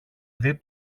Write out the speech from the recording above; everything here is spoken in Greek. δει